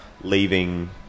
leaving